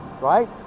Right